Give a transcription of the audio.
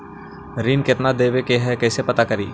ऋण कितना देवे के है कैसे पता करी?